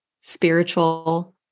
spiritual